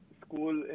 school